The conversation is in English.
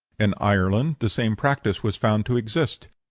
in ireland the same practice was found to exist.